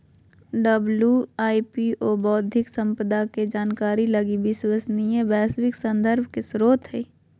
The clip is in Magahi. डब्ल्यू.आई.पी.ओ बौद्धिक संपदा के जानकारी लगी विश्वसनीय वैश्विक संदर्भ के स्रोत हइ